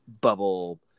bubble